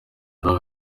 naho